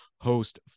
host